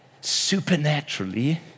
supernaturally